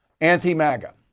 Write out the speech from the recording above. Anti-MAGA